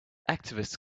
activists